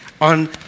on